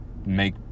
make